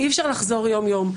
אי-אפשר לחזור יום-יום.